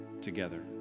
together